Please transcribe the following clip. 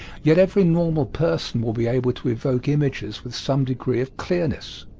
yet every normal person will be able to evoke images with some degree of clearness.